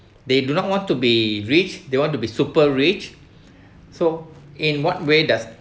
they do not want to be rich they want to be super rich so in what way does